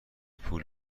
پول